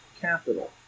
capital